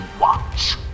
watch